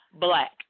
Black